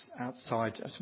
outside